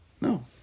No